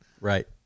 right